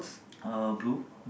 uh blue